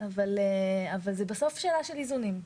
אבל זה שאלה של איזונים.